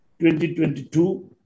2022